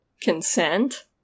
Consent